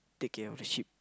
take care of sheep